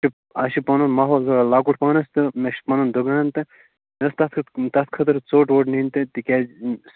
اَسہِ چھُ پنُن محلہٕ ذرا لۄکُٹ پہن تہٕ مےٚ چھُ پنُن دُکان تہٕ مےٚ ٲس تتھ کٮُ۪ت تتھ خٲطرٕ ژوٚٹ ووٚٹ نِنۍ تہٕ تِکیٛازِ